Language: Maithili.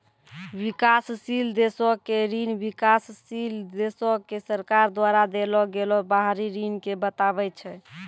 विकासशील देशो के ऋण विकासशील देशो के सरकार द्वारा देलो गेलो बाहरी ऋण के बताबै छै